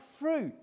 fruit